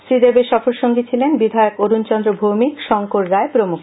শ্রী দেবের সফর সঙ্গী ছিলেন বিধায়ক অরুণ চন্দ্র ভৌমিক শংকর রায় প্রমুখ